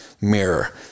mirror